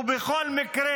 ובכל מקרה,